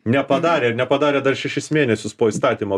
nepadarė ir nepadarė dar šešis mėnesius po įstatymo